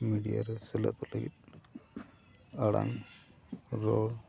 media ᱨᱮ ᱥᱮᱞᱮᱫ ᱫᱚ ᱞᱟᱹᱜᱤᱫ ᱟᱲᱟᱝ ᱨᱚᱲ